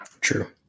True